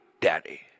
Daddy